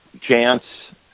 chance